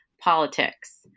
politics